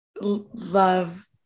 love